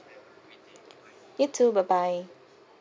you too bye bye